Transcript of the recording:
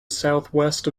southwest